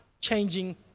changing